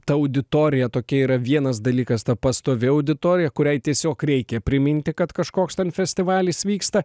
ta auditorija tokia yra vienas dalykas ta pastovi auditorija kuriai tiesiog reikia priminti kad kažkoks ten festivalis vyksta